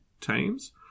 teams